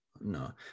no